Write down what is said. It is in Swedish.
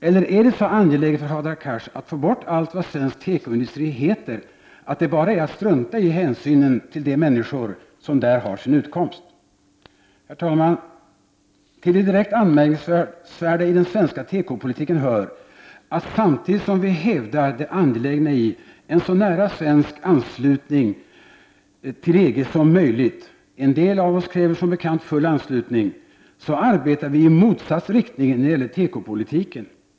Eller är det så angeläget för Hadar Cars att få bort allt vad svensk tekoindustri heter, att det bara är att strunta i hänsynen till de människor som där har sin utkomst? Herr talman! Till det direkt anmärkningsvärda i den svenska tekopolitiken hör, att samtidigt som vi hävdar det angelägna i en så nära svensk anslutning till EG som möjligt — en del av oss kräver som bekant full anslutning — så arbetar vi i motsatt riktning när det gäller tekopolitiken.